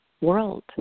world